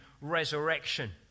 resurrection